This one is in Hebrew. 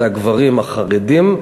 וזה הגברים החרדים,